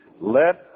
let